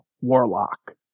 Warlock